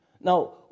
Now